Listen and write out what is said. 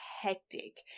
hectic